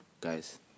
guys